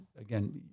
again